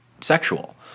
sexual